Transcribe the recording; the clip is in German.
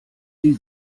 sie